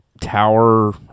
tower